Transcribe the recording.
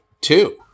two